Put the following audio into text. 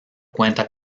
cuenta